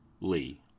Lee